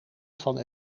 van